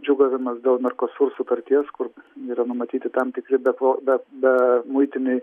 džiūgavimas dėl merkosur sutarties kur yra numatyti tam tikri be po be be muitiniai